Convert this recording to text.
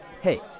hey